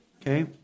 Okay